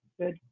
Good